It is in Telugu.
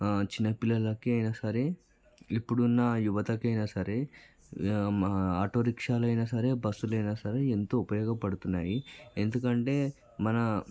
చిన్నపిల్లలకి అయినా సరే ఇప్పుడున్న యువతకైనా సరే మా ఆటోరిక్షాలైన సరే బస్సులైనా సరే ఎంతో ఉపయోగపడుతున్నాయి ఎందుకంటే మన